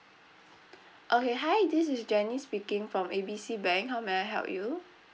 okay hi this is janice speaking from A B C bank how may I help you